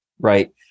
Right